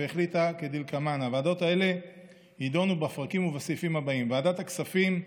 והחליטה שהוועדות האלה ידונו בפרקים ובסעיפים הבאים: ועדת הכספים: